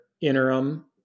interim